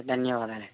ఒకే ధన్యవాదాలండి